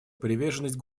приверженность